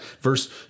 verse